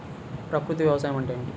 ప్రకృతి వ్యవసాయం అంటే ఏమిటి?